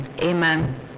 amen